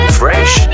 fresh